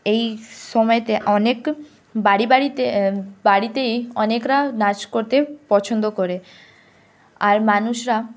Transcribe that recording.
এই সময়তে অনেক বাড়ি বাড়িতে বাড়িতেই অনেকরা নাচ করতে পছন্দ করে আর মানুষরা